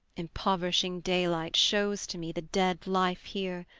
impoverishing daylight shews to me the dead life here,